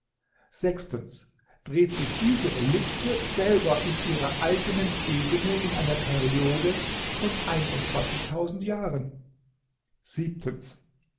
dreht sich diese ellipse selber in ihrer eigenen ebene in einer periode von jahren